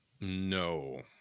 No